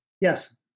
Yes